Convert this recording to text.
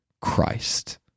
Christ